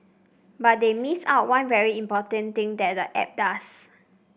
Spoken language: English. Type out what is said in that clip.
but they missed out one very important thing that the app does